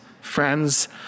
friends